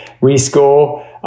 rescore